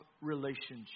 relationship